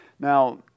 Now